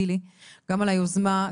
גילי גם על היוזמה,